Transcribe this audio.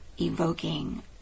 evoking